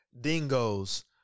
dingoes